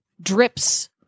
drips